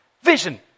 Vision